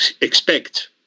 expect